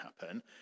happen